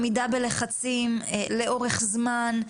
עמידה בלחצים לאורך זמן,